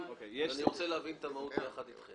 ואני רוצה להבין את המהות ביחד אתכם.